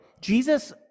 Jesus